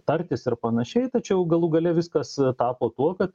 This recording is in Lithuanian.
tartis ir pan tačiau galų gale viskas tapo tuo kad